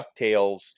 DuckTales